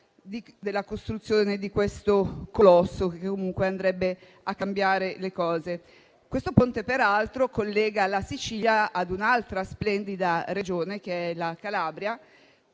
della costruzione di questo colosso, che comunque andrebbe a cambiare le cose. Questo Ponte, peraltro, collega la Sicilia a un'altra splendida Regione, che è la Calabria,